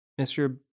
Mr